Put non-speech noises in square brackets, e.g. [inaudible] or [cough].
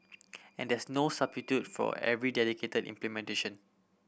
and there's no [unintelligible] for very dedicated implementation